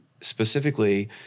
specifically